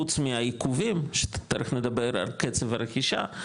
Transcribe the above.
חוץ מהעיכובים שתיכף נדבר על קצב הרכישה,